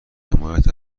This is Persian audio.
حمایت